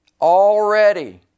Already